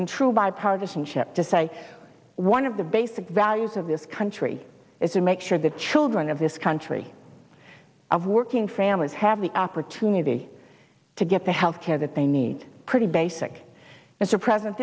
and true bipartisanship to say one of the basic values of this country is to make sure the children of this country of working families have the opportunity to get the health care that they need pretty basic mr president